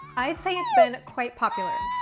i'd say it's been quite popular.